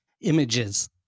images